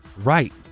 Right